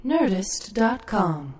Nerdist.com